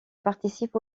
participe